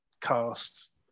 cast